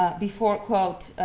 ah before, quote,